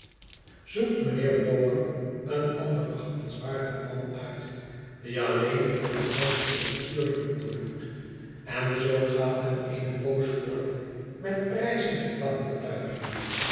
betuigende zoekt'mijnheer walker een ander achtingswaardig man uit die alleen voor een oudsten bestuurder onderdoet eri zoo gaat men eene poos voort met prijzen en dankbetuigen